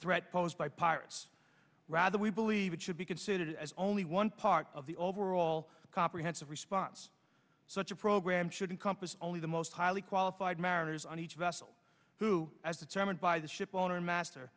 threat posed by pirates rather we believe it should be considered as only one part of the overall comprehensive response such a program shouldn't compass only the most highly qualified mariners on each vessel who as determined by the shipowner master